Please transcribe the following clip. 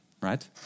Right